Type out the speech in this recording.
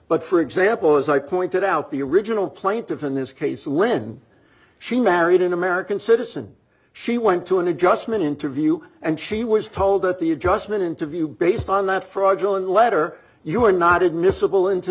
but for example as i pointed out the original plaintiff in this case when she married an american citizen she went to an adjustment interview and she was told that the adjustment interview based on that fraudulent letter you were not admissible into